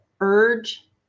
urge